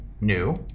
new